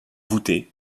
voûtée